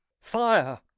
fire